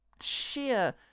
sheer